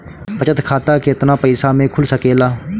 बचत खाता केतना पइसा मे खुल सकेला?